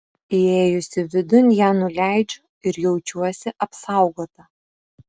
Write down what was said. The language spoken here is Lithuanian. įėjusi vidun ją nuleidžiu ir jaučiuosi apsaugota